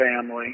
family